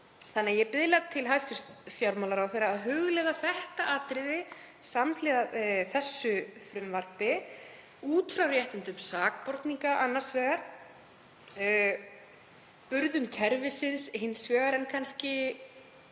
þannig að ég biðla til hæstv. fjármálaráðherra að hugleiða það atriði samhliða þessu frumvarpi út frá réttindum sakborninga annars vegar og burðum kerfisins hins vegar, og kannski